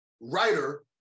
writer